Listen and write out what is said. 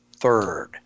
third